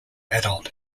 adult